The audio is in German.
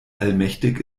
allmächtig